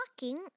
walking